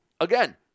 Again